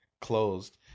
closed